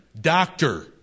doctor